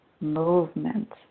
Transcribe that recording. movement